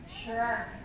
Sure